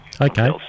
Okay